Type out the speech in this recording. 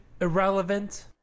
Irrelevant